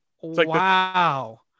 wow